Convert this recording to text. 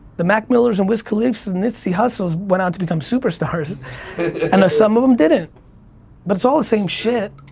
the mac miller's and wiz khalifa's and nissey hustles went on to become superstars and then some of them didn't but it's all the same shit.